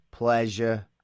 pleasure